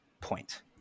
point